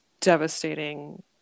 devastating